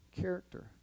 character